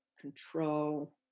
control